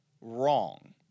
wrong